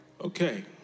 Okay